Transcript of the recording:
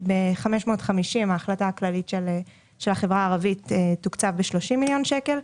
שב-550 ההחלטה הכללית של החברה הערבית תוקצב ב-30 מיליון שקלים,